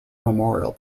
memorial